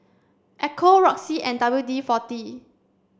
Ecco Roxy and W D forty